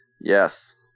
Yes